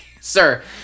sir